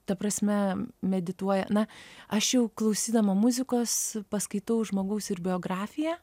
ta prasme medituoja na aš jau klausydama muzikos paskaitau žmogaus ir biografiją